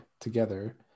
together